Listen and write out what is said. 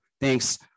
Thanks